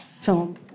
film